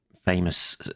famous